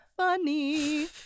funny